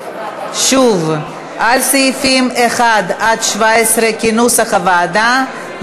שוב, על סעיפים 1 17, כנוסח הוועדה.